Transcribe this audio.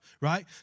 right